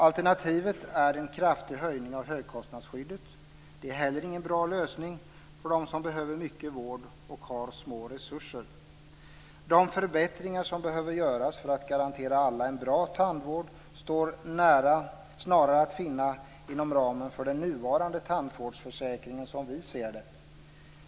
Alternativet är en kraftig höjning av högkostnadsskyddet. Det är inte heller någon bra lösning för dem som behöver mycket vård och har små resurser. De förbättringar som behöver göras för att garantera alla en bra tandvård står snarare att finna inom ramen för den nuvarande tandvårdsförsäkringen, som vi ser det.